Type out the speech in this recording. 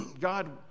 God